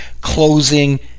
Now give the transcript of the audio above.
closing